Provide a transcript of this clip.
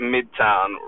Midtown